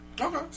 Okay